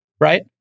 right